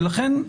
ולכן,